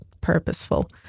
purposeful